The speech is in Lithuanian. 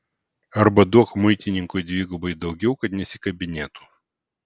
arba duok muitininkui dvigubai daugiau kad nesikabinėtų